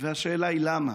והשאלה היא למה?